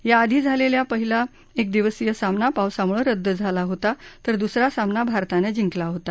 या आधी झालेला पहिला एक दिवसीय सामना पावसामुळं रद्द झाला होता तर दुसरा सामना भारतानं जिंकला होता